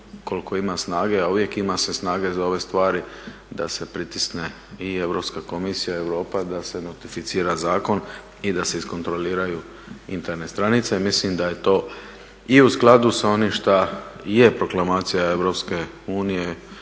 ukoliko ima snage, a uvijek ima se snage za ove stvari, da se pritisne i Europska komisija i Europa da se notificira zakon i da se iskontroliraju Internet stranice. Mislim da je to i u skladu sa onim što je proklamacija Europske unije